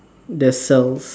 there's cells